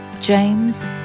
James